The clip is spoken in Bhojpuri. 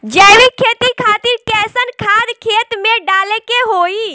जैविक खेती खातिर कैसन खाद खेत मे डाले के होई?